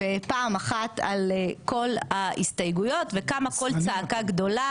בפעם אחת על כל ההסתייגויות וקמה קול צעקה גדולה